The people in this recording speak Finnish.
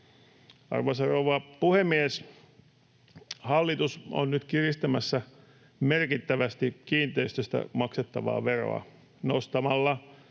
Arvoisa rouva puhemies! Hallitus on nyt kiristämässä merkittävästi kiinteistöstä maksettavaa veroa nostamalla